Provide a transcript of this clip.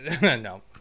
no